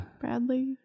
Bradley